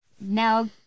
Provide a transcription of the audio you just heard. now